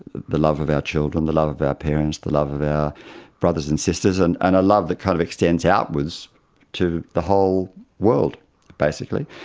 the love of our children, the love of our parents, the love of our brothers and sisters. and and a love that kind of extends outwards to the whole world basically.